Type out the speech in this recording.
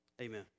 Amen